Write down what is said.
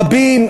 רבים,